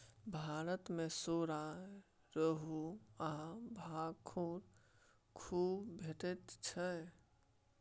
भारत मे सौरा, रोहू आ भाखुड़ खुब भेटैत छै